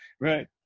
Right